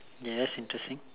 ya that's interesting